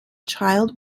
child